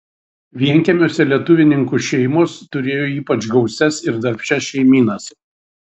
vienkiemiuose lietuvininkų šeimos turėjo ypač gausias ir darbščias šeimynas